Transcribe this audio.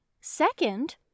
second